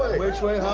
which way?